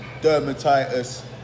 dermatitis